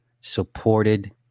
supported